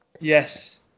Yes